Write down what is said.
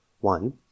one